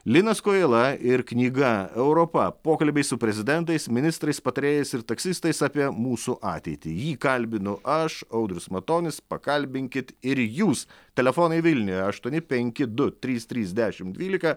linas kojala ir knyga europa pokalbiai su prezidentais ministrais patarėjais ir taksistais apie mūsų ateitį jį kalbinu aš audrius matonis pakalbinkit ir jūs telefonai vilniuje aštuoni penki du trys trys dešim dvylika